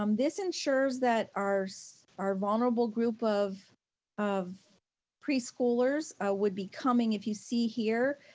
um this ensures that our so our vulnerable group of of preschoolers would be coming, if you see here,